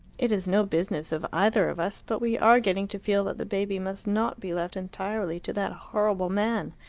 it is no business of either of us, but we are getting to feel that the baby must not be left entirely to that horrible man.